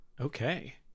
okay